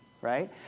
Right